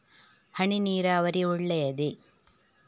ಹನಿ ನೀರಾವರಿ ಒಳ್ಳೆಯದೇ?